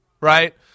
right